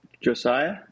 Josiah